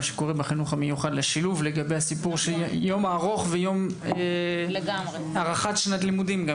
שקורה בחינוך המיוחד לשילוב לגבי היום הארוך והארכת שנת הלימודים.